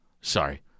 sorry